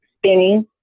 Spinning